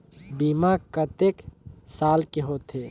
बीमा कतेक साल के होथे?